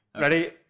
Ready